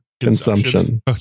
consumption